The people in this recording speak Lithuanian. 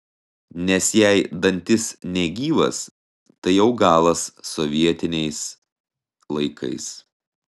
nes jei dantis negyvas tai jau galas sovietiniais laikais